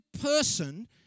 person